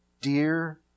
dear